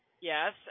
Yes